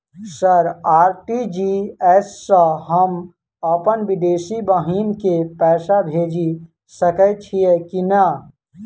Sir RTGS सँ हम अप्पन विदेशी बहिन केँ पैसा भेजि सकै छियै की नै?